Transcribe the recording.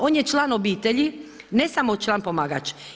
On je član obitelji, ne samo član pomagač.